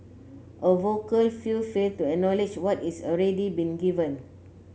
a vocal few fail to acknowledge what is already being given